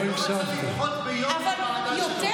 כי שמחה רוטמן לא רצה לדחות ביום את הוועדה שלו.